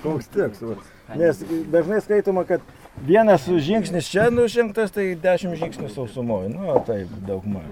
koks tikslas nes dažnai skaitoma kad vienas žingsnis čia nužengtas tai dešimt žingsnių sausumoj nu taip daugma